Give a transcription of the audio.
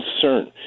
concern